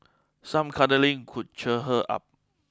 some cuddling could cheer her up